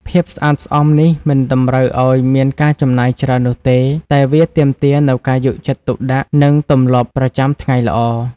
ភាពស្អាតស្អំនេះមិនតម្រូវឲ្យមានការចំណាយច្រើននោះទេ តែវាទាមទារនូវការយកចិត្តទុកដាក់ និងទម្លាប់ប្រចាំថ្ងៃល្អ។